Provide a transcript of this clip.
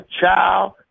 child